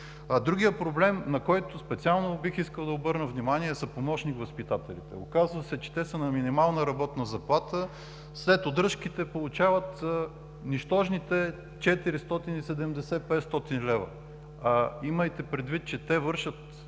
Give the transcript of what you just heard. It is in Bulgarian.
Другият проблем, на който специално бих искал да обърна внимание, са помощник-възпитателите. Оказва се, че те са на минимална работна заплата. След удръжките получават нищожните 470 – 500 лв. Имайте предвид, че те вършат